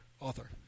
Author